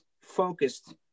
focused